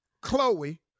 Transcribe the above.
Chloe